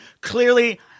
clearly